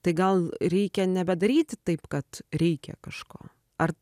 tai gal reikia nebedaryti taip kad reikia kažko ar